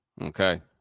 okay